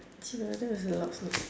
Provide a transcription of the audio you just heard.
cheebye that was a loud sneeze